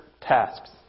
tasks